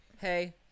Hey